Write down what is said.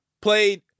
played